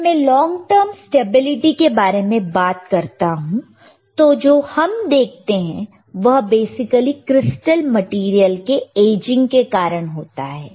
जब मैं long term stability के बारे में बात करता हूं तो जो हम देखते हैं वह बेसिकली क्रिस्टल मेटीरियल के एजिंग के कारण होता है